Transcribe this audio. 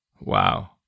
Wow